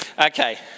Okay